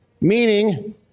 meaning